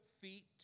feet